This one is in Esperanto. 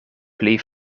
pli